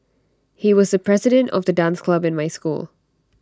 he was the president of the dance club in my school